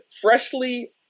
freshly